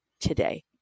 today